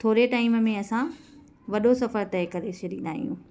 थोरे टाइम में असां वॾो सफ़रु तय करे छॾींदा आहियूं